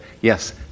Yes